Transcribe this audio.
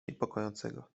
niepokojącego